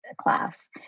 class